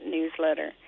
Newsletter